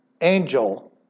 Angel